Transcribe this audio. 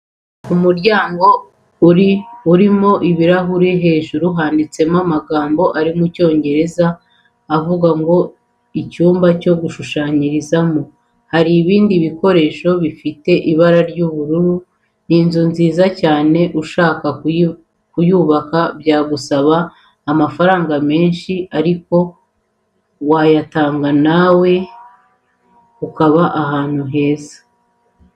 Umuryango urimo ibirahure hejuru handitseho amagambo ari mu Cyongereza avuga ngo icyumba cyo gushushanyirizamo, hari ibindi bikoresho bifite ibara ry'ubururu. Ni inzu nziza cyane ushaka kuyubaka byagusaba amafaranga menshi ariko wayatanga nawe ukaba ahantu heza.